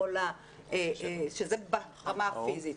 כשזה ברמה הפיזית,